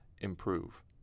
improve